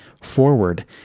forward